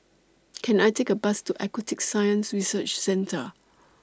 Can I Take A Bus to Aquatic Science Research Centre